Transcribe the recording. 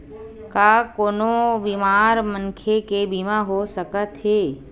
का कोनो बीमार मनखे के बीमा हो सकत हे?